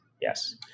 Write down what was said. Yes